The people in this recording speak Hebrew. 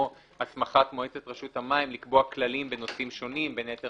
הסמכת מועצת רשות המים לקבוע כללים בנושאים שונים בין היתר,